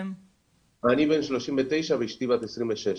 אני בן שלושים ותשע, ואשתי בת עשרים ושש.